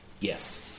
Yes